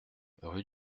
rue